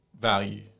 value